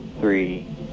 three